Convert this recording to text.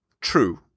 True